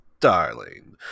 darling